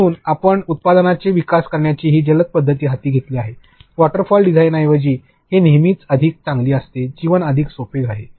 म्हणून आपण उत्पादनांची विकास करण्याची ही जलद पद्धत हाती घेतली आहे वॉटर फॉल डिझाइनऐवजी ही नेहमीच अधिक चांगली असते जीवन अधिक सोपे आहे